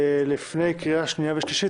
לפני קריאה שנייה ושלישית.